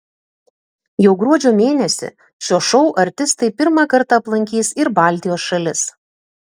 jau gruodžio mėnesį šio šou artistai pirmą kartą aplankys ir baltijos šalis